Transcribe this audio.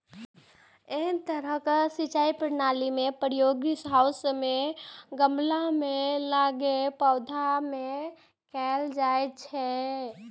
एहन तरहक सिंचाई प्रणालीक प्रयोग ग्रीनहाउस मे गमला मे लगाएल पौधा मे कैल जाइ छै